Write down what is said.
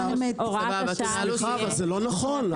-- שהוראה השעה לא תהיה --- אבל זה לא נכון.